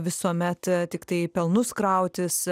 visuomet tiktai pelnus krautis